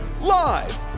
Live